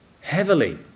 heavily